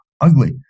ugly